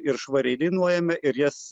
ir švariai dainuojame ir jas